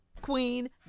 queen